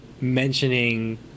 mentioning